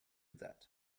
that